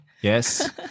Yes